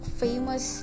famous